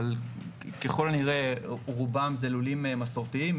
אבל ככל הנראה רובם זה לולים מסורתיים.